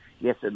Yes